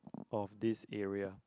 of this area